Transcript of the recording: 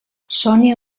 sònia